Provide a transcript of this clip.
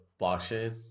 blockchain